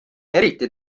eriti